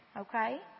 Okay